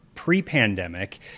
Pre-pandemic